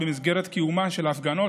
במסגרת קיומן של הפגנות,